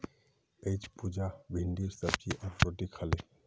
अईज पुजा भिंडीर सब्जी आर रोटी खा ले